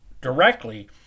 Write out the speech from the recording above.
directly